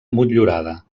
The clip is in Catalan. motllurada